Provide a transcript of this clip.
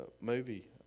movie